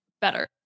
better